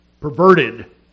perverted